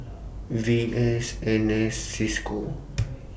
V S N S CISCO